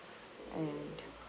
and